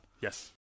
yes